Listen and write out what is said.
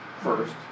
first